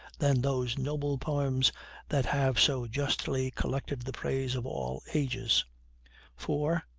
than those noble poems that have so justly collected the praise of all ages for,